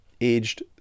aged